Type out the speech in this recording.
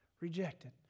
rejected